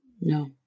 No